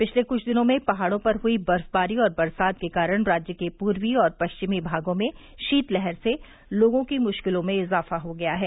पिछले कुछ दिनों में पहाड़ों पर हई बर्फबारी और बरसात के कारण राज्य के पूर्वी और पश्चिमी भागों में शीतलहर से लोगों की मुश्किलों में इजाफा हो गया है